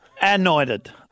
Anointed